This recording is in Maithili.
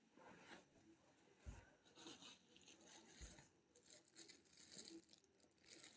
सबसं प्रसिद्ध पूंजी बाजार शेयर बाजार आ बांड बाजार छियै